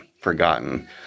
forgotten